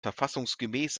verfassungsgemäß